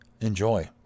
Enjoy